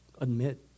admit